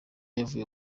yavuye